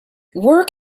work